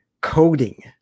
coding